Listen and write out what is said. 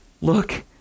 look